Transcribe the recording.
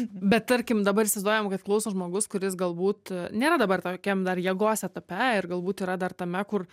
bet tarkim dabar įsivaizduojam kad klauso žmogus kuris galbūt nėra dabar tokiam dar jėgos etape ir galbūt yra dar tame kur